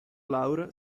laura